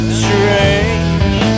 strange